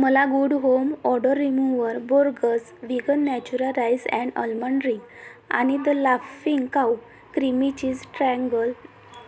मला good home odour remover Borges vegan Natura rice and almond drink आणि the laughing cow creamy cheese triangle